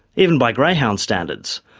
even by greyhound standards.